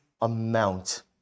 amount